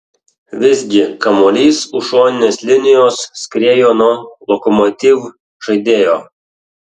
visgi kamuolys už šoninės linijos skriejo nuo lokomotiv žaidėjo